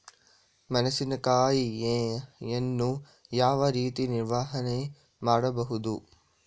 ಮೆಣಸಿನಕಾಯಿಯನ್ನು ಯಾವ ರೀತಿ ನಿರ್ವಹಣೆ ಮಾಡಬಹುದು?